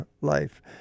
life